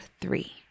three